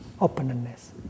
openness